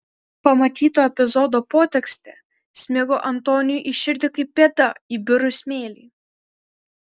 pamatyto epizodo potekstė smigo antoniui į širdį kaip pėda į birų smėlį